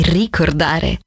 ricordare